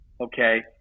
okay